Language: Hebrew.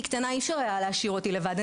אי אפשר היה להשאיר אותי לבד כשהייתי קטנה.